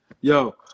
Yo